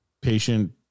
patient